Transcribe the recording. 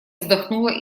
вздохнула